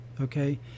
okay